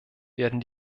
werden